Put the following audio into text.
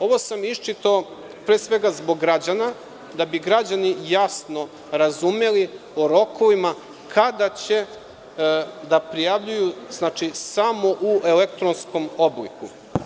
Ovo sam iščitao, pre svega, zbog građana, da bi građani jasno razumeli o rokovima, kada će da prijavljuju samo u elektronskom obliku.